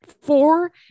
four